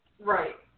Right